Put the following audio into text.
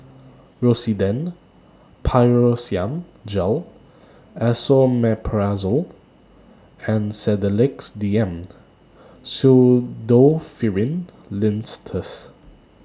Rosiden Piroxicam Gel Esomeprazole and Sedilix D M Pseudoephrine Linctus